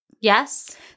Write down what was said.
Yes